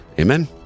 Amen